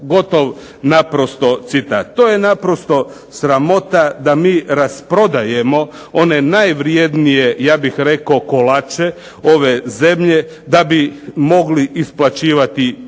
Gotov naprosto citat. To je naprosto sramota da mi rasprodajemo one najvrednije ja bih rekao kolače ove zemlje da bi mogli isplaćivati plaće.